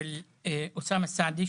של אוסאמה סעדי,